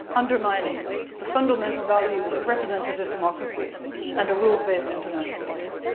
undermining the fundamental values of representative democracy and a rules-based international order.